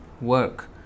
work